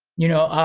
you know,